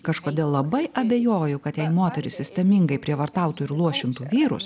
kažkodėl labai abejoju kad jei moteris sistemingai prievartautų ir luošintų vyrus